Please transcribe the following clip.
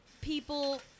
people